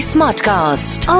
Smartcast